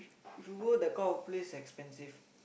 if you go that kind of place expensive